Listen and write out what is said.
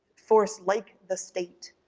force like the state.